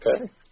okay